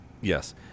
Yes